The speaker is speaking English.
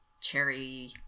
cherry